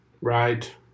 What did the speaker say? right